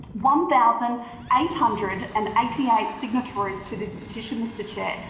one thousand eight hundred and eighty eight signatories to this petition, mr chair,